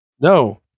no